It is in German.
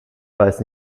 weiß